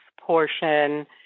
portion